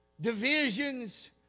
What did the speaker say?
divisions